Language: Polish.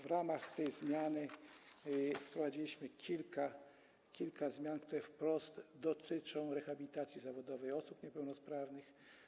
W ramach tej zmiany wprowadziliśmy kilka zmian, które wprost dotyczą rehabilitacji zawodowej osób niepełnosprawnych.